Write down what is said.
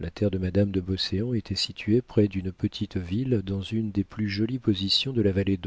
la terre de madame de beauséant était située près d'une petite ville dans une des plus jolies positions de la vallée